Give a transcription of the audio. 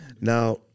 Now